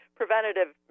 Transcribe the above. preventative